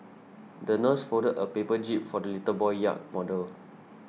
the nurse folded a paper jib for the little boy yacht model